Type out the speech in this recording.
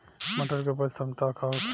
मटर के उपज क्षमता का होखे?